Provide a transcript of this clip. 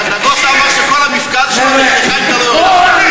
נגוסה אמר שכל המפקד שלו, כל המפקד.